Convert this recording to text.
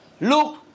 look